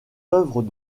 œuvres